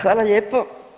Hvala lijepo.